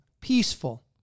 peaceful